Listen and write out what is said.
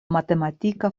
matematika